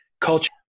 culture